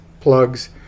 plugs